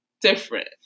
different